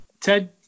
Ted